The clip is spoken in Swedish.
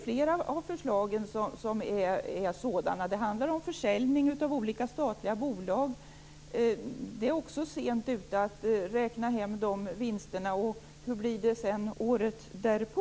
Flera av förslagen är sådana. De handlar t.ex. om försäljning av olika statliga bolag. Att räkna hem de vinsterna är också att vara sent ute. Hur blir det året därpå?